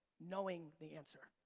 knowing the answer.